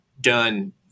done